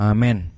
Amen